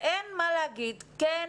כן,